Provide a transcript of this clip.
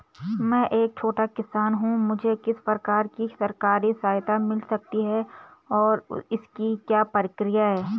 मैं एक छोटा किसान हूँ मुझे किस प्रकार की सरकारी सहायता मिल सकती है और इसकी क्या प्रक्रिया है?